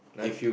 nothing